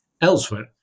elsewhere